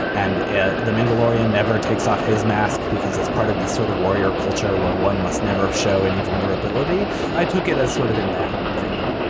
and the mandl orian never takes off his mask because that's part of the sort of warrior culture where one must never show any vulnerability i took it as sort of in that vein,